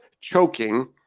choking